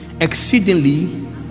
exceedingly